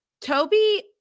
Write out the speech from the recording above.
Toby